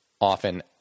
often